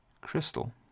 crystal